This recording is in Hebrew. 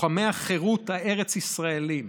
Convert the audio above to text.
לוחמי החירות הארץ-ישראליים